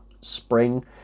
spring